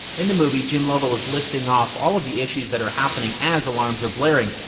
in the movie, jim lovell is listing off all of the issues that are happening as alarms are blaring.